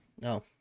No